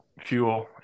fuel